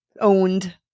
owned